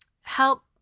help